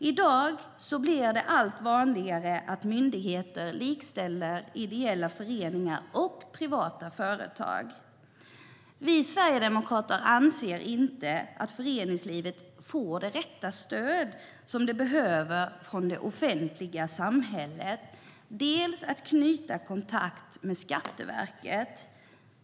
I dag blir det allt vanligare att myndigheter likställer ideella föreningar och privata företag. Vi sverigedemokrater anser inte att föreningslivet får det rätta stöd som det behöver från det offentliga samhället för att knyta kontakt med Skatteverket.